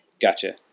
Gotcha